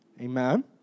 Amen